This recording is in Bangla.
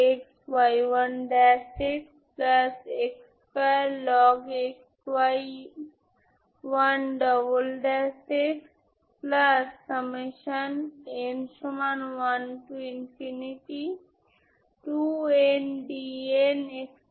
এইগুলি λ এর সাথে করেস্পন্ডিং ইগেনভ্যালুস আমার একটি ননজিরো সমাধান Pnx আছে যা বাউন্ডারি কন্ডিশনগুলি সন্তুষ্ট করছে